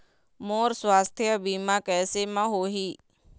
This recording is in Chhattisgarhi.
मोर सुवास्थ बीमा कैसे म होही?